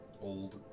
old